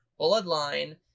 bloodline